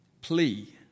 plea